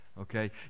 okay